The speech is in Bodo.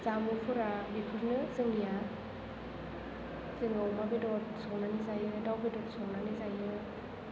जामुंफोरा बेफोरनो जोंनिया जोङो अमा बेदर संनानै जायो दाउ बेदर संनानै जायो